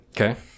Okay